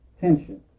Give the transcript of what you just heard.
tension